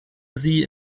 sie